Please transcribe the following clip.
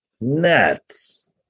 nuts